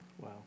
Wow